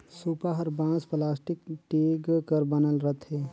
सूपा हर बांस, पलास्टिक, टीग कर बनल रहथे